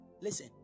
listen